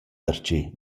darcheu